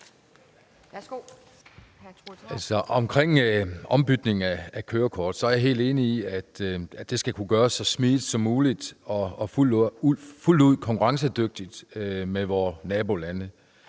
angår ombytning af kørekort, er jeg helt enig i, at det skal kunne gøres så smidigt som muligt og fuldt ud konkurrencedygtigt med vore nabolande.